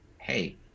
Hey